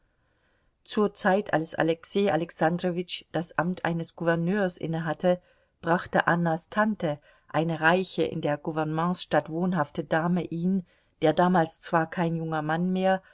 zur zeit als alexei alexandrowitsch das amt eines gouverneurs inne hatte brachte annas tante eine reiche in der gouvernementsstadt wohnhafte dame ihn der damals zwar kein junger mann mehr